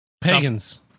Pagans